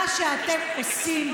מה שאתם עושים,